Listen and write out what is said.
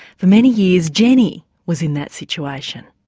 for many years jenny was in that situation.